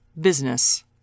Business